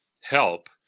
help